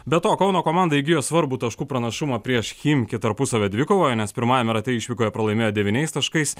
be to kauno komanda įgijo svarbų taškų pranašumą prieš chimki tarpusavio dvikovoje nes pirmajame rate išvykoje pralaimėjo devyniais taškais